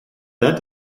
that